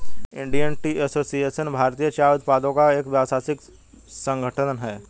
Indian tea association भारतीय चाय उत्पादकों का एक व्यावसायिक संगठन है